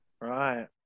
Right